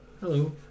Hello